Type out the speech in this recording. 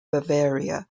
bavaria